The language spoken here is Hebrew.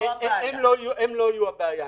יהיו הבעיה.